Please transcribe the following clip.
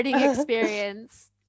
experience